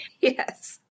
Yes